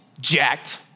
jacked